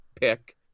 pick